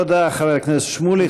תודה, חבר הכנסת שמולי.